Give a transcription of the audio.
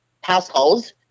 households